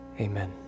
amen